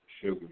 sugar